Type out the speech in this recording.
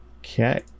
Okay